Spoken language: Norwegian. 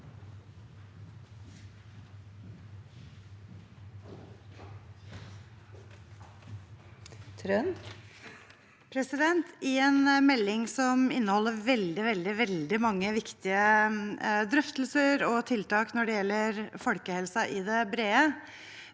I en mel- ding som inneholder veldig mange viktige drøftelser og tiltak når det gjelder folkehelsen i det brede,